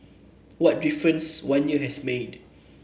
what a difference one year has made